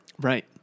Right